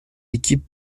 équipes